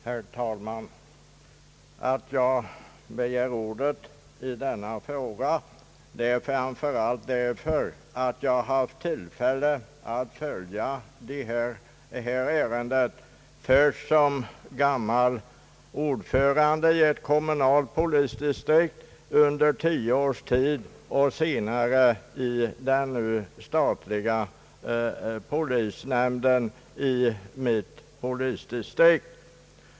Herr talman! Att jag begär ordet i denna fråga beror framför allt på att jag haft tillfälle följa detta ärende först som ordförande i ett kommunalt polisdistrikt under tio år och senare i den nu statliga polisnämnden i mitt polisdistrikt.